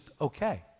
okay